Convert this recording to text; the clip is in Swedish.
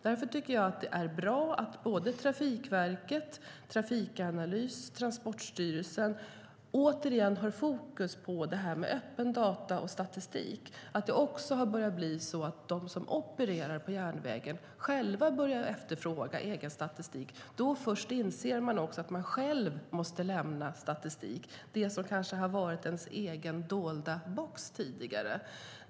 Därför tycker jag att det är bra att Trafikverket, Trafikanalys och Transportstyrelsen återigen har fokus på öppen data och statistik. Först när de som opererar på järnvägen själva börjar efterfråga egen statistik inser de att de själva också måste lämna statistik - det som kanske har varit ens egen dolda box tidigare.